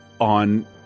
on